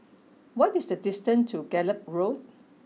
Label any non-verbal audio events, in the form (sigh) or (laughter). what is the distance to Gallop Road (noise)